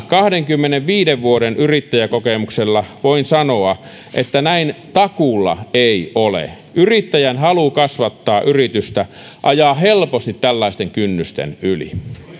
kahdenkymmenenviiden vuoden yrittäjäkokemuksella voin sanoa että näin takuulla ei ole yrittäjän halu kasvattaa yritystä ajaa helposti tällaisten kynnysten yli